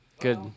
Good